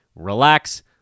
relax